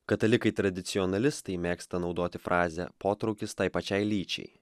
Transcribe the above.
katalikai tradicionalistai mėgsta naudoti frazę potraukis tai pačiai lyčiai